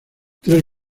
tres